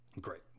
Great